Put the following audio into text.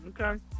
Okay